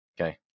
Okay